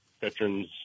veterans